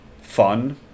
fun